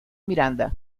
miranda